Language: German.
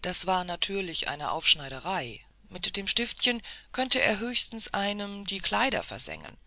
das war ja natürlich eine aufschneiderei mit dem stiftchen konnte er höchstens einem die kleider versengen